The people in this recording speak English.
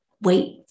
wait